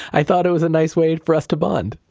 i thought it was a nice way for us to bond